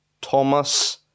Thomas